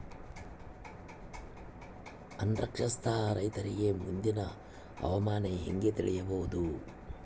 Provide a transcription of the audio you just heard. ಅನಕ್ಷರಸ್ಥ ರೈತರಿಗೆ ಮುಂದಿನ ಹವಾಮಾನ ಹೆಂಗೆ ತಿಳಿಯಬಹುದು?